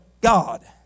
God